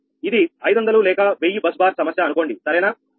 ఇది 500 లేక 1000 bus bar సమస్య అనుకోండి సరేనా